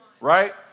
right